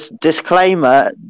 Disclaimer